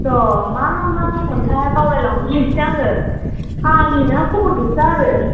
ओ मा मा दंमोनथाय बावलाय लांबावबायसो आङो फाग्लि नोंहा खबर गैथारा आरो